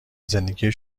زندگی